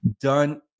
done